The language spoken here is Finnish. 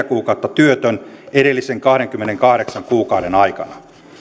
kuukautta työtön edellisten kahdenkymmenenkahdeksan kuukauden aikana